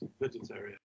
vegetarian